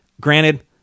Granted